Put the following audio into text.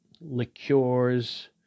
liqueurs